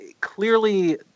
clearly